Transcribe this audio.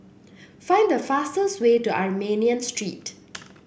find the fastest way to Armenian Street